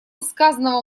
сказанного